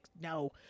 No